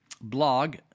blog